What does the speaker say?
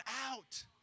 out